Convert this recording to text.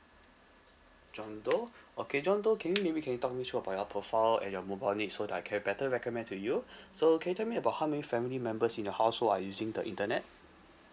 john doe okay john doe can you may be can you talk me through about your profile and your mobile need so that I can better recommend to you so can you tell me about how many family members in your household are using the internet